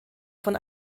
von